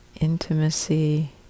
intimacy